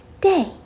Day